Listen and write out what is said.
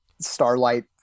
starlight